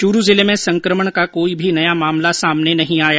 चूरू जिले में संकमण का कोई भी नया मामला सामने नहीं आया